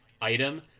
item